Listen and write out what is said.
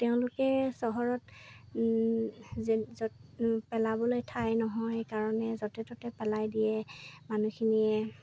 তেওঁলোকে চহৰত যেন য'ত পেলাবলৈ ঠাই নহয় কাৰণে য'তে ত'তে পেলাই দিয়ে মানুহখিনিয়ে